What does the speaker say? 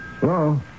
Hello